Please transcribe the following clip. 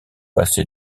passé